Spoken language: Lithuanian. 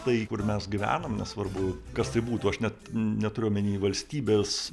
tai kur mes gyvenam nesvarbu kas tai būtų aš net neturiu omeny valstybės